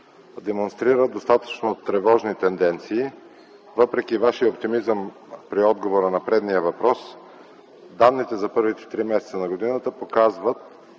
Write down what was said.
демонстрира достатъчно тревожни тенденции, въпреки Вашия оптимизъм при отговора на предния въпрос. Данните за първите три месеца на годината показват,